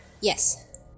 Yes